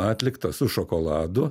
atlikta su šokoladu